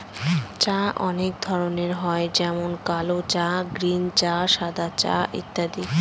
চা অনেক ধরনের হয় যেমন কাল চা, গ্রীন চা, সাদা চা ইত্যাদি